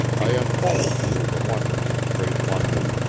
i unfolded to her the wonders of great london,